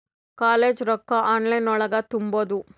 College ರೊಕ್ಕ online ಒಳಗ ತುಂಬುದು?